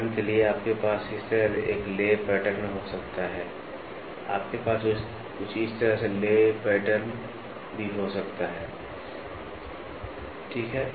उदाहरण के लिए आपके पास इस तरह एक ले पैटर्न हो सकता है आपके पास कुछ इस तरह से लेट पैटर्न भी हो सकता है ठीक है